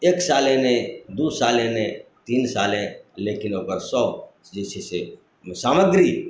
एक साले नहि दू साले नहि तीन साले लेकिन ओकर सब जे छै से सामग्री